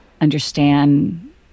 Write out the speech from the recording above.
understand